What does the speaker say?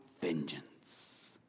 vengeance